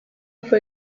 for